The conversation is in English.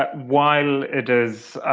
ah while it is